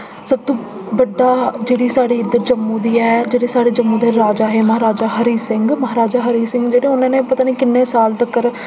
सबतो बड्डा जेह्ड़ी साढ़ी इद्दर जम्मू दी ऐ जेह्ड़े साढ़े जम्मू दे राजा हे महाराजा हरि सिंह महाराजा हरि सिंह जेह्ड़े उ'नें पता निं किन्ने साल तक्कर